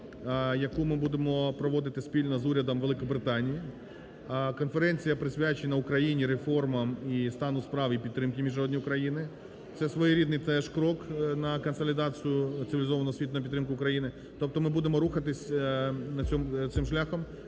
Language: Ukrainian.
яку ми будемо проводити спільно з урядом Великобританії. Конференція присвячена Україні, реформам, стану справ і підтримки міжнародної України. Це своєрідний теж крок на консолідацію, цивілізованого світу на підтримку України. Тобто ми будемо рухатись цим шляхом,